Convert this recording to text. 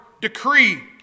decree